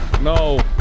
No